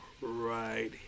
right